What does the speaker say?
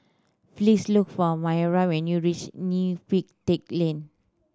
please look for Myah when you reach Neo Pee Teck Lane